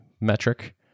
metric